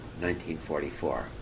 1944